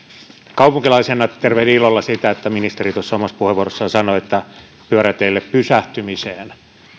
kaupunkilaisena tervehdin ilolla sitä että ministeri omassa puheenvuorossaan sanoi että pyöräteille pysähtymiseen